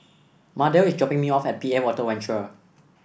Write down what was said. Mardell is dropping me off at P A Water Venture